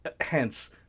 Hence